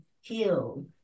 heal